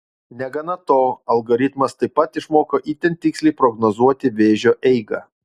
negana to algoritmas taip pat išmoko itin tiksliai prognozuoti vėžio eigą